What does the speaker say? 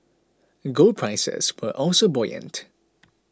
gold prices were also buoyant